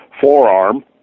forearm